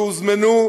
שהוזמנו,